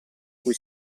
cui